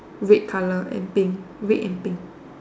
red colour and pink red and pink